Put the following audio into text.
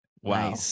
Wow